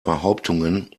behauptungen